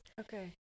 Okay